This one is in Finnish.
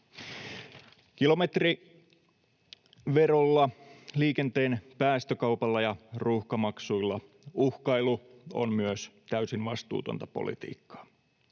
Kilometriverolla, liikenteen päästökaupalla ja ruuhkamaksuilla uhkailu on myös täysin vastuutonta politiikkaa.